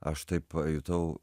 aš tai pajutau